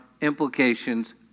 implications